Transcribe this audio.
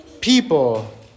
people